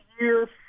year